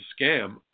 scam